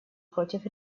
против